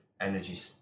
energy